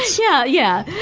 yeah, yeah.